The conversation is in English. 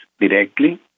directly